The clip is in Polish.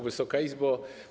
Wysoka Izbo!